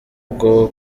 bwo